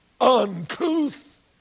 uncouth